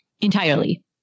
entirely